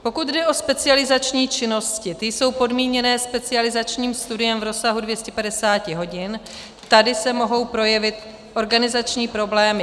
Pokud jde o specializační činnosti, ty jsou podmíněné specializačním studem v rozsahu 250 hodin, tady se mohou projevit organizační problémy.